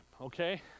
okay